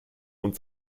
und